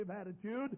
attitude